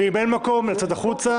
ואם אין מקום לצאת החוצה.